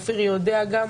אופיר יודע גם.